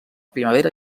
primavera